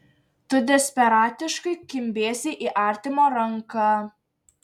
tu desperatiškai kimbiesi į artimo ranką